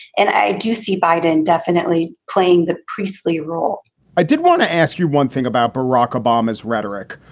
and i do see biden definitely playing the priestly role i did want to ask you one thing about barack obama's rhetoric,